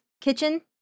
Kitchen